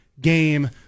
game